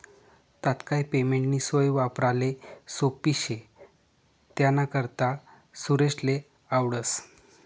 तात्काय पेमेंटनी सोय वापराले सोप्पी शे त्यानाकरता सुरेशले आवडस